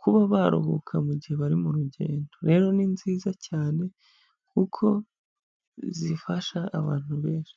kuba baruhuka mu gihe bari mu rugendo, rero ni nziza cyane kuko zifasha abantu benshi.